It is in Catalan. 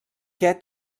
què